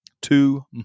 Two